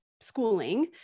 schooling